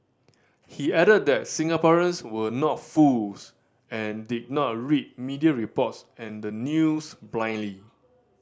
he added that Singaporeans were not fools and did not read media reports and the news blindly